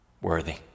worthy